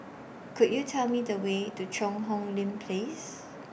Could YOU Tell Me The Way to Cheang Hong Lim Place